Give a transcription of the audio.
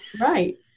Right